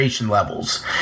levels